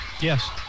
Yes